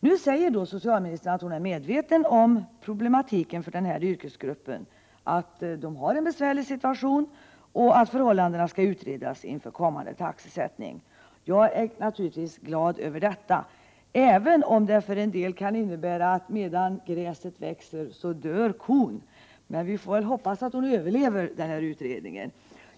Nu säger socialministern att hon är medveten om att situationen för den här yrkesgruppen är besvärlig och att förhållandena skall utredas inför kommande taxesättning. Jag är naturligtvis glad över detta, även om det för en del kan innebära att kon kommer att dö medan gräset växer. Vi får hoppas att hon överlever den här utredningen.